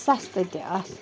سَستہٕ تہِ آسَن